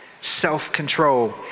self-control